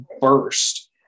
burst